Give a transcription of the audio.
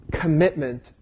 commitment